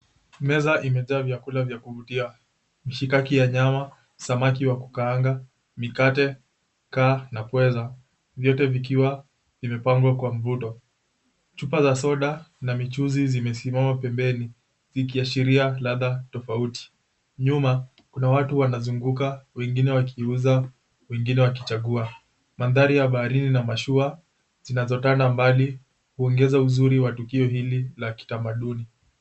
Meza imejaa vyakula vya kuvutia mishikaki ya nyama, samaki wa kukaanga, mikate, kaa na pweza vyote vikiwa vimepangwa kwa mvuto. Chupa za soda na michuzi zimesimama pembeni zikiashiria ladha tofauti. Nyuma kuna watu wanazunguka wengine wakiuza, wengine wakichagua. Mandhari ya baharini na mashua zinazotanda mbali huongeza uzuri wa tukio hili la kitamaduni.